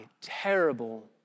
terrible